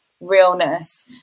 realness